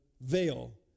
veil